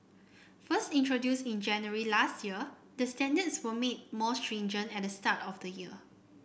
first introduced in January last year the standards were made more stringent at the start of the year